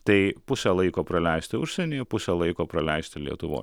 tai pusę laiko praleisti užsienyje pusę laiko praleisti lietuvoj